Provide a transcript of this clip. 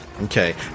Okay